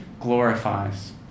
glorifies